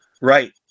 right